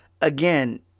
again